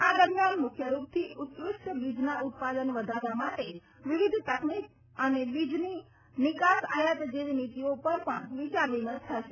આ દરમિયાન મુખ્ય રૂપથી ઉત્કૃષ્ટ બીજના ઉત્પાદન વધારવા માટે વિવિધ તકનીક અને બીજની નિકાસ આયાત જેવી નીતીઓ પર પણ વિચાર વિમર્શ થશે